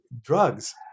drugs